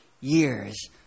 years